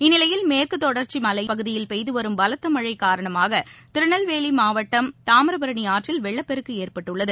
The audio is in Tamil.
இந்நிலையில் மேற்குத் தொடர்ந்து மலைப்பகுதியில் பெய்துவரும் பலத்த மழை காரணமாக திருநெல்வேலி மாவட்டம் தாமிரபரணி ஆற்றில் வெள்ளப்பெருக்கு ஏற்பட்டுள்ளது